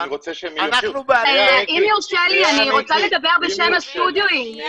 רוצה שהם --- אם יורשה לי אני רוצה לדבר בשם הסטודיואים,